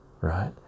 right